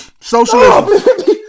Socialism